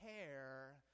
care